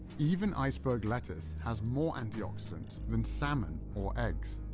even iceberg lettuce has more antioxidants than salmon or eggs.